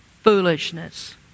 foolishness